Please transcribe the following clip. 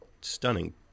stunning